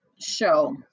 show